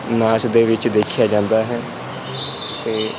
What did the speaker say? ਨਾਚ ਦੇ ਵਿੱਚ ਦੇਖਿਆ ਜਾਂਦਾ ਹੈ ਅਤੇ